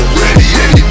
ready